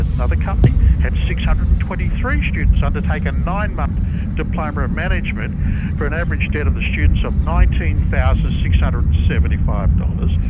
another company, had six hundred and twenty three students undertake a nine month diploma of management for an average debt to the students of nineteen thousand six hundred and seventy five dollars.